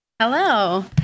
Hello